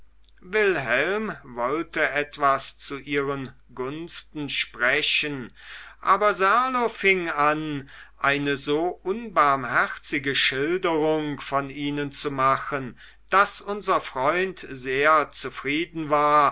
wilhelm wollte etwas zu ihren gunsten sprechen aber serlo fing an eine so unbarmherzige schilderung von ihnen zu machen daß unser freund sehr zufrieden war